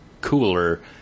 cooler